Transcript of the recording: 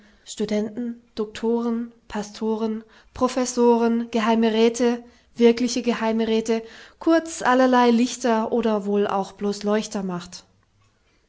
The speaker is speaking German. studenten doktoren pastoren professoren geheime räte wirkliche geheime räte kurz allerlei lichter oder auch wohl blos leuchter macht